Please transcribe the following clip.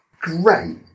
Great